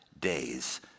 days